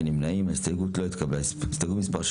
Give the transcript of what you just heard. הצבעה ההסתייגות לא נתקבלה ההסתייגות לא התקבלה.